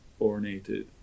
ornated